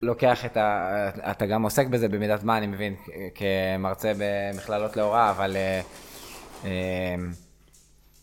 לוקח את הה, אתה גם עוסק בזה במידה מה אני מבין, כמרצה במכללות להוראה, אבל...